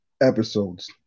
episodes